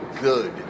good